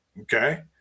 okay